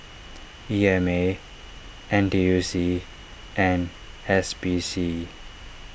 E M A N T U C and S P C